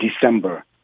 December